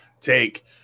take